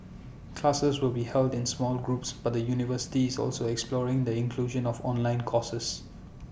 classes will be held in smaller groups but the university is also exploring the inclusion of online courses